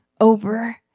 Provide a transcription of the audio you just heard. over